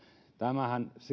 tämähän